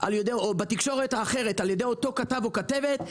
או בתקשורת אחרת על ידי כתב או כתבת,